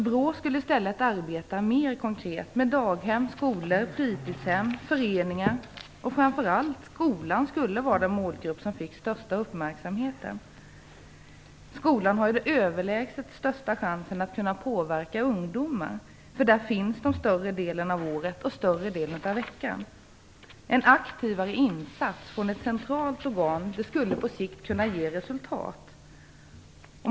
BRÅ skulle i stället arbeta mer konkret med daghem, skolor, fritidshem, föreningar och framför allt skulle skolan vara den målgrupp som fick den största uppmärksamheten. Skolan har den överlägset största chansen att kunna påverka ungdomar. Där finns de större delen av året och veckan. En aktivare insats från ett centralt organ skulle på sikt kunna ge resultat.